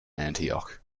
antioch